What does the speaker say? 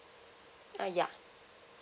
uh yeah